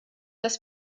dass